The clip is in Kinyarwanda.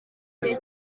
gihe